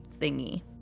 thingy